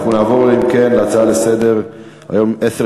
נעבור, אם כן, להצעה לסדר-היום מס'